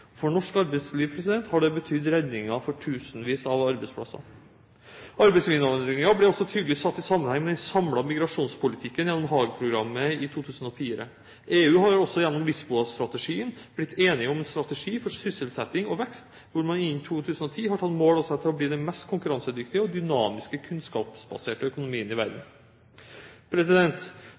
For norsk arbeidsliv har det betydd redningen for tusenvis av arbeidsplasser. Arbeidsinnvandring ble også tydelig sett i sammenheng med den samlede migrasjonspolitikken gjennom Haag-programmet i 2004. EU har også gjennom Lisboa-strategien blitt enige om en strategi for sysselsetting og vekst, hvor man innen 2010 har tatt mål av seg til å bli den mest konkurransedyktige og dynamiske kunnskapsbaserte økonomien i verden.